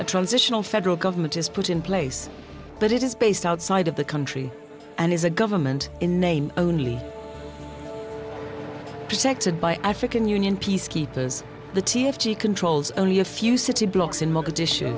a transitional federal government is put in place but it is based outside of the country and is a government in name only protected by african union peacekeepers the t f t controls only a few city blocks in mo